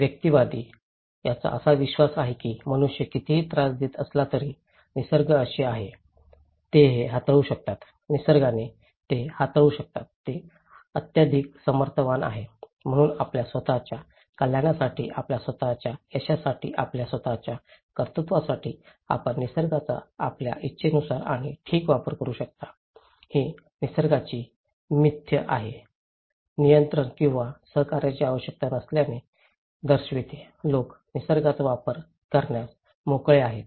व्यक्तिवादी त्यांचा असा विश्वास आहे की मनुष्य कितीही त्रास देत असला तरी निसर्ग असे आहे ते हे हाताळू शकतात निसर्गाने ते हाताळू शकतात हे अत्यधिक सामर्थ्यवान आहे म्हणून आपल्या स्वत च्या कल्याणासाठी आपल्या स्वत च्या यशासाठी आपल्या स्वत च्या कर्तृत्वासाठी आपण निसर्गाचा आपल्या इच्छेनुसार आणि ठीक वापरु शकता ही निसर्गाची मिथक आहे नियंत्रण किंवा सहकार्याची आवश्यकता नसल्याचे दर्शविते लोक निसर्गाचा वापर करण्यास मोकळे आहेत